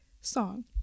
song